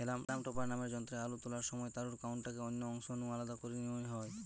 হেলাম topper নামের যন্ত্রে আলু তোলার সময় তারুর কান্ডটাকে অন্য অংশ নু আলদা করি নিয়া হয়